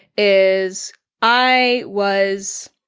is i was.